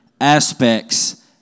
aspects